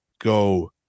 go